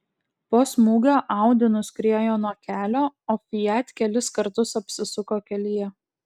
po smūgio audi nuskriejo nuo kelio o fiat kelis kartus apsisuko kelyje